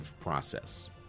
process